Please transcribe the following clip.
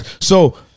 So-